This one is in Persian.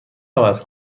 عوض